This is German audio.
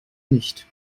nicht